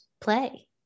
play